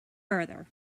further